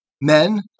men